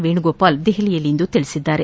ವೇಣುಗೋಪಾಲ್ ದೆಹಲಿಯಲ್ಲಿಂದು ತಿಳಿಸಿದ್ದಾರೆ